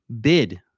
bid